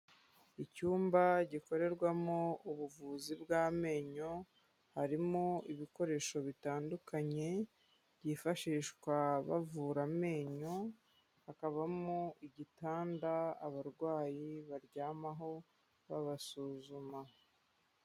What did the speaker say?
Icyumba gikorerwamo ubuvuzi bw'amenyo, harimo ibikoresho bitandukanye byifashishwa bavura amenyo, hakabamo igitanda abarwayi baryamaho babasuzuma.